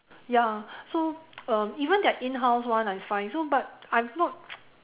ya so um even they are in house when I find so but I'm not